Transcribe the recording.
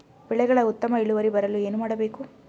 ಬೆಳೆಗಳ ಉತ್ತಮ ಇಳುವರಿ ಬರಲು ಏನು ಮಾಡಬೇಕು?